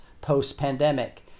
post-pandemic